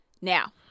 Now